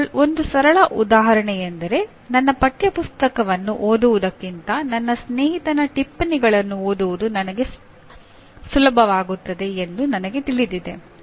ಇಲ್ಲಿ ಒಂದು ಸರಳ ಉದಾಹರಣೆಯೆಂದರೆ ನನ್ನ ಪಠ್ಯಪುಸ್ತಕವನ್ನು ಓದುವುದಕ್ಕಿಂತ ನನ್ನ ಸ್ನೇಹಿತನ ಟಿಪ್ಪಣಿಗಳನ್ನು ಓದುವುದು ನನಗೆ ಸುಲಭವಾಗುತ್ತದೆ ಎಂದು ನನಗೆ ತಿಳಿದಿದೆ